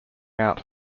out